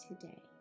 today